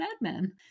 madman